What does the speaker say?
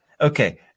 Okay